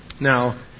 Now